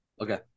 okay